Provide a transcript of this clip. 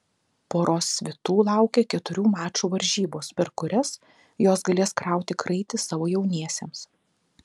poros svitų laukia keturių mačų varžybos per kurias jos galės krauti kraitį savo jauniesiems